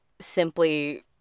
simply